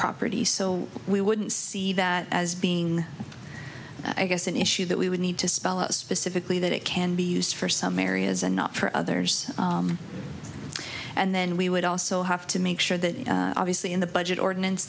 property so we wouldn't see that as being i guess an issue that we would need to spell out specifically that it can be used for some areas and not for others and then we would also have to make sure that obviously in the budget ordinance